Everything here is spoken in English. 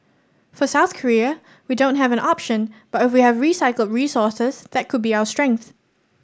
for South Korea we don't have an option but if we have recycled resources that could be our strength